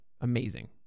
amazing